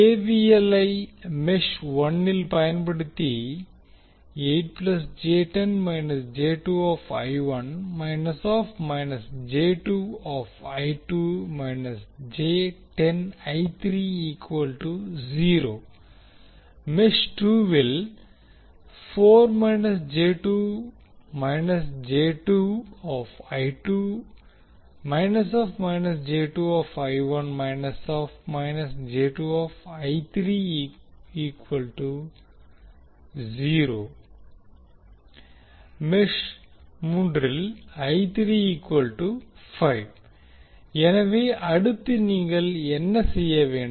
KVL ஐ mesh 1 இல் பயன்படுத்தி மெஷ் 2 வில் மெஷ் 3 ல் எனவே அடுத்து நீங்கள் என்ன செய்ய வேண்டும்